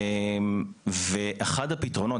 ואחר הפתרונות,